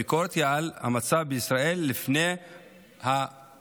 הביקורת היא על המצב בישראל לפני המלחמה.